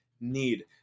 need